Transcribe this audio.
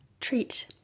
treat